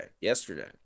yesterday